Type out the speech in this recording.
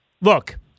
look